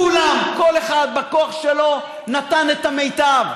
כולם, כל אחד, בכוח שלו, נתן את המיטב.